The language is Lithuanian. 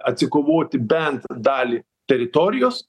atsikovoti bent dalį teritorijos